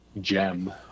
gem